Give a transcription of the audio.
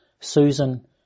Susan